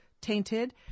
tainted